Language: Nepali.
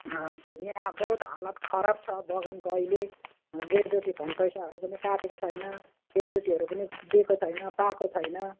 यहाँ बहुत हालत खराब छ बगानको अहिले ग्रेच्युटी फन्ड पैसाहरू पनि काटेको छैन ग्रेच्युटीहरू पनि दिएको छैन पाएको छैन